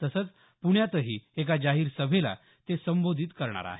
तसंच प्ण्यातही एका जाहीर सभेला ते संबोधित करणार आहेत